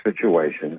situation